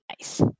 Nice